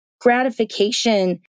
gratification